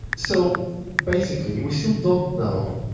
so basically, we still don't know